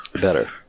better